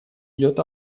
идет